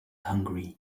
hungry